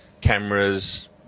cameras